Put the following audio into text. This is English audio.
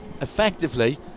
effectively